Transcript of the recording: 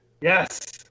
Yes